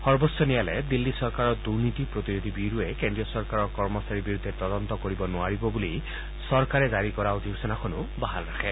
সৰ্বোচ্চ ন্যায়ালয়ে দিল্লী চৰকাৰৰ দুৰ্নীতি প্ৰতিৰোধী ব্যুৰোৱে কেন্দ্ৰীয় চৰকাৰৰ কৰ্মচাৰীৰ বিৰুদ্ধে তদন্ত কৰিব নোৱাৰিব বুলি চৰকাৰে জাৰি কৰা অধিসূচনাতো বাহাল ৰাখে